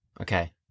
Okay